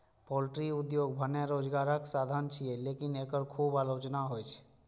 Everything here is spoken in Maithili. पॉल्ट्री उद्योग भने रोजगारक साधन छियै, लेकिन एकर खूब आलोचना होइ छै